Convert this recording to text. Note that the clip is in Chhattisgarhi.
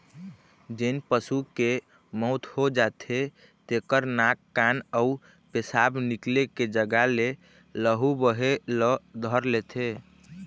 जेन पशु के मउत हो जाथे तेखर नाक, कान अउ पेसाब निकले के जघा ले लहू बहे ल धर लेथे